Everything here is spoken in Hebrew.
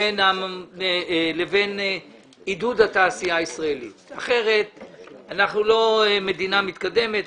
לבין עידוד התעשייה הישראלית כי אחרת אנחנו לא מדינה מתקדמת,